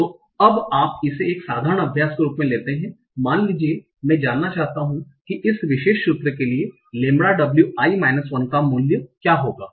तो अब आप इसे एक साधारण अभ्यास के रूप में लेते हैं मान लीजिए कि मैं यह जानना चाहता हूं कि इस विशेष सूत्र के लिए लैम्ब्डा डब्ल्यू आई माइनस 1 का मूल्य क्या होगा